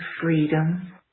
freedom